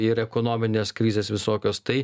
ir ekonominės krizės visokios tai